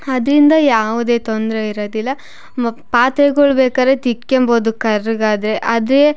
ಅದರಿಂದ ಯಾವುದೇ ತೊಂದರೆ ಇರೋದಿಲ್ಲ ಮ್ ಪಾತ್ರೆಗಳು ಬೇಕಾದ್ರೆ ತಿಕ್ಕೆಂಬೋದು ಕರ್ರಗಾದರೆ ಆದರೆ